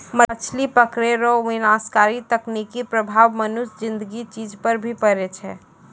मछली पकड़ै रो विनाशकारी तकनीकी प्रभाव मनुष्य ज़िन्दगी चीज पर भी पड़ै छै